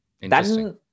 Interesting